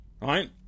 right